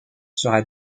sera